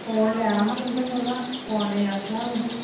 phone लैना हा तुंदे कोला फोन लेई आखेआ हा तुसेंगी